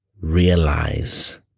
realize